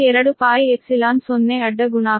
ಈ 2πε0 ಅಡ್ಡ ಗುಣಾಕಾರ